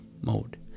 mode